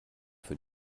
für